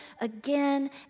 again